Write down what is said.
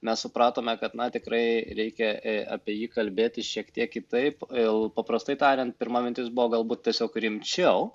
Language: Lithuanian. mes supratome kad na tikrai reikia e apie jį kalbėti šiek tiek kitaip il paprastai tariant pirma mintis buvo galbūt tiesiog rimčiau